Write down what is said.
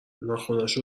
ناخنهاش